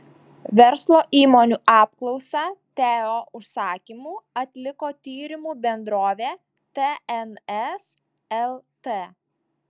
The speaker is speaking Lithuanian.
verslo įmonių apklausą teo užsakymu atliko tyrimų bendrovė tns lt